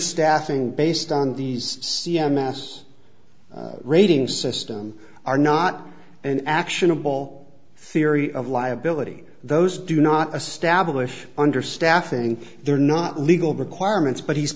staffing based on these c m s rating system are not an actionable theory of liability those do not a stablish understaffing they're not legal requirements but he's